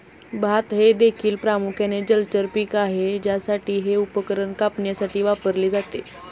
भात हे देखील प्रामुख्याने जलचर पीक आहे ज्यासाठी हे उपकरण कापण्यासाठी वापरले जाते